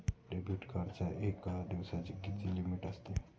Debit कार्डची एका दिवसाची किती लिमिट असते?